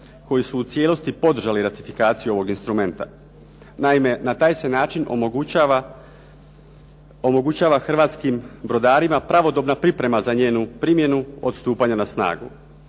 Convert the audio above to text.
koji su u cijelosti podržali ratifikaciju ovog instrumenta. Naime, na taj se način omogućava hrvatskim mornarima pravodobna priprema za njenu primjenu od stupanja na snagu.